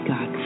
God